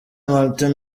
martin